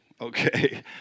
Okay